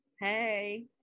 Hey